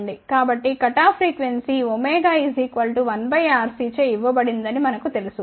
కాబట్టి cutoff frequency ω 1RC చే ఇవ్వబడిందని మనకు తెలుసు